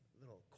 little